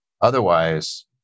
Otherwise